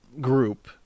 group –